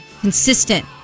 consistent